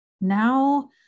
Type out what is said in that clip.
now